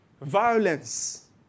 violence